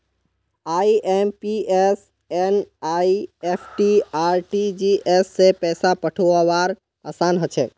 IMPS NEFT RTGS स पैसा पठऔव्वार असान हछेक